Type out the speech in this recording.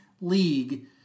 league